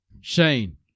Shane